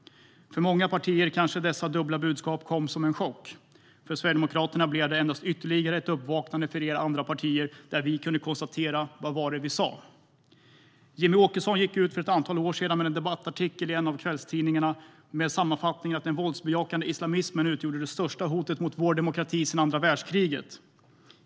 För många partier kanske dessa dubbla budskap kom som en chock. För Sverigedemokraterna blev det endast ytterligare ett uppvaknande för er andra partier där vi kunde konstatera: Vad var det vi sa? Jimmie Åkesson skrev för ett antal år sedan en debattartikel i en av kvällstidningarna och sammanfattade att den våldsbejakande islamismen utgjorde det största hotet mot vår demokrati sedan andra världskriget.